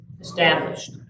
established